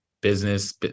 business